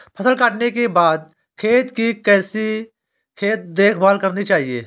फसल काटने के बाद खेत की कैसे देखभाल करनी चाहिए?